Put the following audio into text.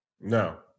No